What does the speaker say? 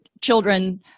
children